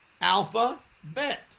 Alphabet